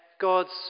God's